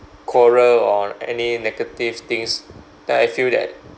quarrel or any negative things then I feel that